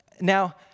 Now